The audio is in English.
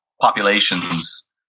populations